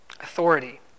Authority